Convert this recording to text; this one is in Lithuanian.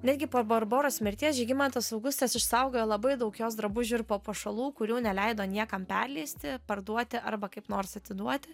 netgi po barboros mirties žygimantas augustas išsaugojo labai daug jos drabužių ir papuošalų kurių neleido niekam perleisti parduoti arba kaip nors atiduoti